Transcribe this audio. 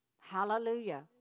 Hallelujah